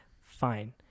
Fine